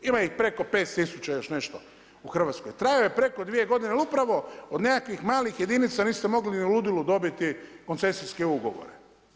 Ima ih preko 5 tisuća i još nešto, u Hrvatskoj, trajao je preko 2 godine jer upravo od nekakvih malih jedinica niste mogli ni u ludilu dobiti koncesijske ugovore.